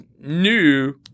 new